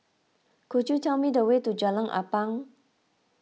could you tell me the way to Jalan Ampang